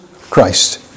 Christ